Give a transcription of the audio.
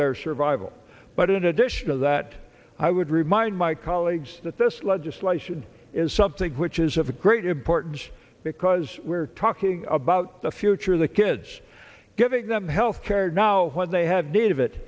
their survival but in addition of that i would remind my colleagues that this legislation is something which is of great importance because we're talking about the future of the kids giving them health care now what they have d